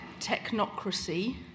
technocracy